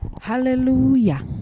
Hallelujah